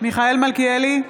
מיכאל מלכיאלי,